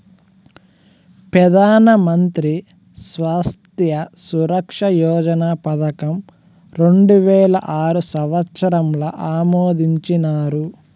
పెదానమంత్రి స్వాస్త్య సురక్ష యోజన పదకం రెండువేల ఆరు సంవత్సరంల ఆమోదించినారు